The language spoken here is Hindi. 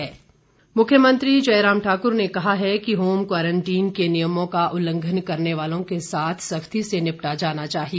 मुख्यमंत्री मुख्मयंत्री जयराम ठाकुर ने कहा है कि होम क्वारंटीन के नियमों का उल्लंघन करने वालों के साथ सख्ती से निपटा जाना चाहिए